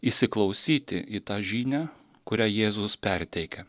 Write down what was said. įsiklausyti į tą žinią kurią jėzus perteikia